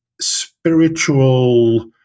spiritual